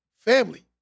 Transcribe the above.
family